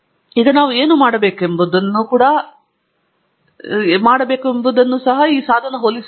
ಈಗ ನಾವು ಏನು ಮಾಡಬೇಕೆಂಬುದು ಕೂಡಾ ಸಾಧನವನ್ನು ಹೋಲಿಸುತ್ತದೆ ಅದು ನನ್ನ ಊಹೆಯ ಪ್ರಕಾರ ಈ ಎರಡು ಬೀವರ್ಗಳು ಅದೇ ಸರಾಸರಿ ತಾಪಮಾನವನ್ನು ಸರಿಯಾಗಿ ಹೊಂದಿವೆ